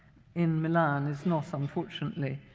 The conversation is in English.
in milan, is not, unfortunately,